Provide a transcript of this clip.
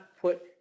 put